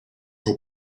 will